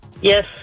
Yes